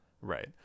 Right